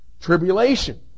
tribulation